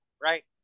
right